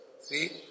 See